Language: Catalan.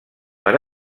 per